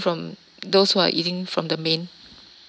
from those who are eating from the main